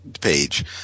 page